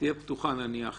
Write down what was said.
שתהיה פתוחה נניח